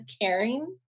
caring